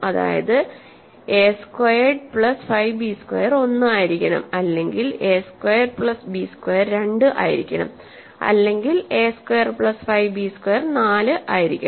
അതായത് A squared plus 5 B square 1 ആയിരിക്കണം അല്ലെങ്കിൽ A squared plus B square 2 ആയിരിക്കണം അല്ലെങ്കിൽ A squared plus 5 B square 4 ആയിരിക്കണം